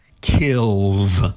kills